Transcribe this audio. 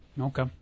Okay